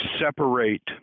separate